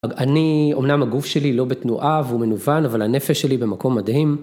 אני, אמנם הגוף שלי לא בתנועה והוא מנוון, אבל הנפש שלי במקום מדהים.